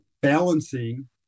balancing